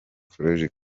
college